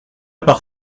part